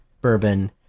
bourbon